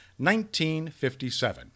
1957